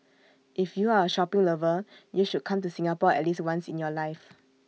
if you are A shopping lover you should come to Singapore at least once in your life